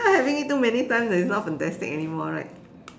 ya having it too many times that is not fantastic anymore right